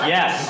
Yes